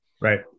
right